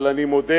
אבל אני מודה: